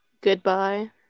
Goodbye